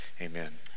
amen